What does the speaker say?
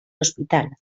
hospital